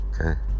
okay